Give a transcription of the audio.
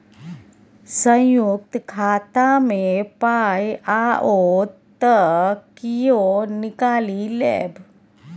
संयुक्त खाता मे पाय आओत त कियो निकालि लेब